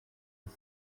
dix